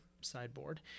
sideboard